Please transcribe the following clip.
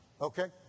Okay